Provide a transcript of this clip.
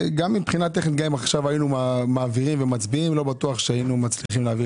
גם טכנית היינו מעבירים ומצביעים לא בטוח שהיינו מצליחים להעביר